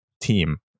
team